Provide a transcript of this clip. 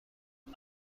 اون